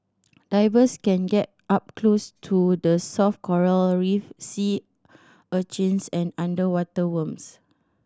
divers can get up close to the soft coral reef sea urchins and underwater worms